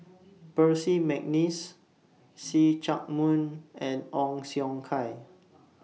Percy Mcneice See Chak Mun and Ong Siong Kai